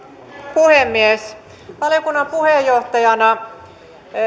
puhemies valiokunnan puheenjohtajana